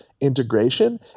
integration